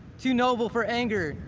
too noble for anger,